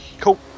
Cool